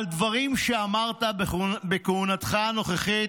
על דברים שאמרת בכהונתך הנוכחית,